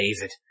David